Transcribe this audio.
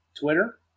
Twitter